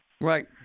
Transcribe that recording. Right